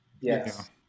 Yes